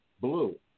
Blue